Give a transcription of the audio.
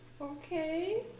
Okay